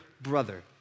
brother